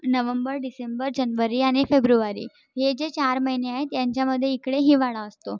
नवंबर December जनवरी आणि फेब्रुवारी हे जे चार महिने आहेत यांच्यामध्ये इकडे हिवाळा असतो